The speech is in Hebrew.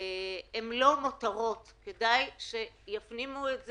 הן לא מותרות, כדאי שיפנימו את זה,